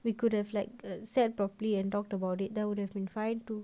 we could have like a sat properly and talked about it there would have been fine too